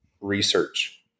research